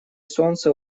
солнца